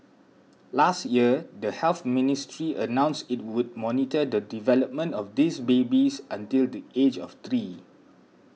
last year the Health Ministry announced it would monitor the development of these babies until the age of three